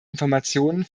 informationen